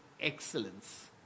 excellence